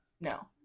No